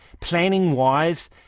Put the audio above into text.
planning-wise